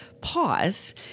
pause